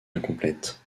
incomplète